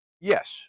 yes